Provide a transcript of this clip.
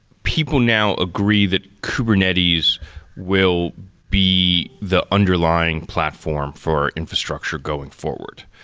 people now agree that kubernetes will be the underlying platform for infrastructure going forward.